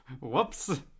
whoops